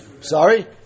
Sorry